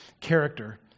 character